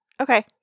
Okay